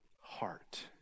heart